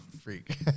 freak